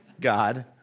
God